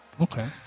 Okay